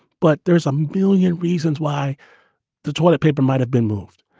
but there's a million reasons why the toilet paper might have been moved.